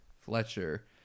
Fletcher